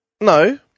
No